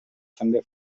també